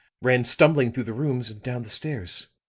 ran stumbling through the rooms and down the stairs.